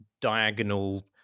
diagonal